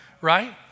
right